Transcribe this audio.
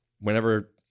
Whenever